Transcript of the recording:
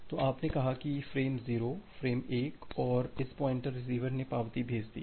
तो आपने कहा है कि फ़्रेम 0 फ़्रेम 1 और इस पॉइंटर पर रिसीवर ने पावती भेज दी है